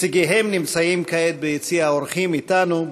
נציגיהם נמצאים כעת ביציע האורחים, אתנו.